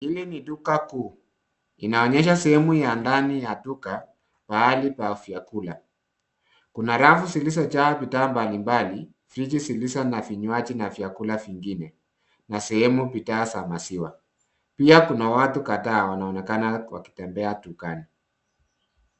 Hili ni duka kuu. Linaonyesha sehemu ya ndani ya duka pahali pa vyakula. Kuna rafu zilizojaa vifaa mbalimbali, friji zilizo na vinywaji na vyakula vingine na sehemu bidhaa vya maziwa. Pia kuna watu kadhaa wanonekana wakitembea dukani.